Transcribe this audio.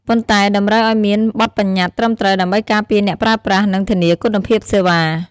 ប៉ុន្តែតម្រូវឱ្យមានបទប្បញ្ញត្តិត្រឹមត្រូវដើម្បីការពារអ្នកប្រើប្រាស់ និងធានាគុណភាពសេវា។